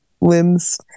limbs